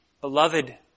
beloved